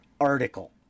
article